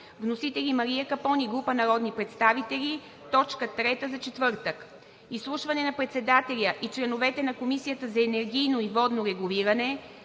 Вносители: Мария Капон и група народни представители – точка трета за четвъртък. 10. Изслушване на председателя и членовете на Комисията за енергийно и водно регулиране